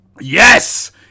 yes